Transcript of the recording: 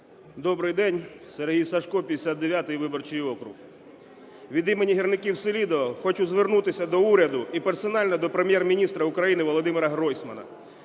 Добрий день. СергійСажко, 59-й виборчий округ. Від імені гірників Селидового хочу звернутися до уряду і персонально до Прем’єр-міністра України Володимира Гройсмана.